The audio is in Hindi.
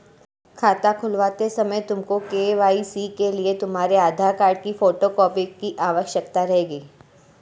खाता खुलवाते समय तुमको के.वाई.सी के लिए तुम्हारे आधार कार्ड की फोटो कॉपी की आवश्यकता रहेगी